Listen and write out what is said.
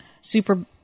super